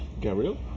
Gabriel